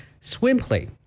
Swimply